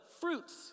fruits